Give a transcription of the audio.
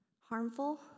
harmful